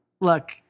Look